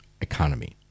economy